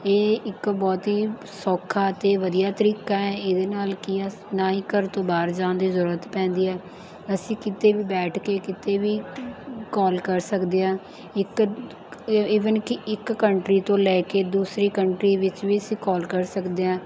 ਇਹ ਇੱਕ ਬਹੁਤ ਹੀ ਸੌਖਾ ਅਤੇ ਵਧੀਆ ਤਰੀਕਾ ਹੈ ਇਹਦੇ ਨਾਲ ਕੀ ਆ ਨਾ ਹੀ ਘਰ ਤੋਂ ਬਾਹਰ ਜਾਣ ਦੀ ਜ਼ਰੂਰਤ ਪੈਂਦੀ ਹੈ ਅਸੀਂ ਕਿਤੇ ਵੀ ਬੈਠ ਕੇ ਕਿਤੇ ਵੀ ਕਾਲ ਕਰ ਸਕਦੇ ਹਾਂ ਇੱਕ ਈਵਨ ਕਿ ਇੱਕ ਕੰਟਰੀ ਤੋਂ ਲੈ ਕੇ ਦੂਸਰੀ ਕੰਟਰੀ ਵਿੱਚ ਵੀ ਅਸੀਂ ਕਾਲ ਕਰ ਸਕਦੇ ਹਾਂ